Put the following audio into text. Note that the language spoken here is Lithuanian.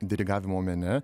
dirigavimo mene